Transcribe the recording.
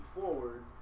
forward